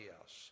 else